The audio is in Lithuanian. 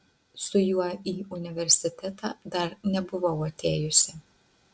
su juo į universitetą dar nebuvau atėjusi